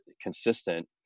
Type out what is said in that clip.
consistent